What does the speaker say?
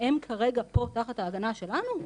שהם כרגע פה תחת ההגנה שלנו,